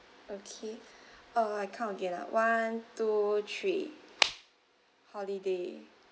okay uh I count again ah one two three holiday